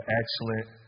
excellent